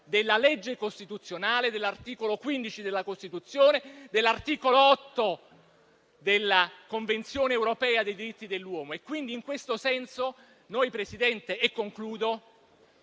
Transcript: della legge costituzionale, dell'articolo 15 della Costituzione, dell'articolo 8 della Convenzione europea dei diritti dell'uomo. E, quindi, in questo senso, noi, Presidente, voteremo